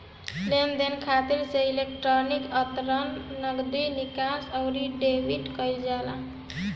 लेनदेन खाता से इलेक्ट्रोनिक अंतरण, नगदी निकासी, अउरी डेबिट कईल जाला